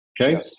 okay